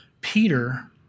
Peter